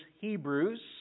Hebrews